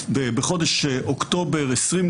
בחודש אוקטובר 2020,